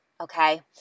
okay